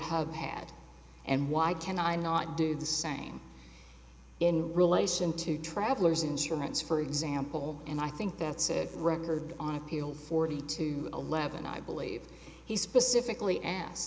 have had and why can i not do the same in relation to travelers insurance for example and i think that's a record on appeal forty two eleven i believe he specifically as